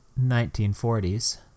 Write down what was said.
1940s